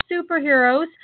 superheroes